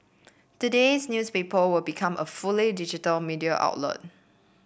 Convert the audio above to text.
today's newspaper will become a fully digital media outlet